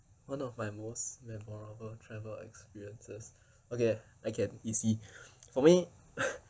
one of my most memorable travel experiences okay I can easy for me